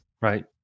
right